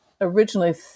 originally